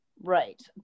Right